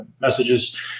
messages